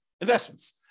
investments